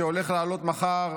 שהולך לעלות מחר,